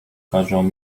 twarzą